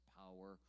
power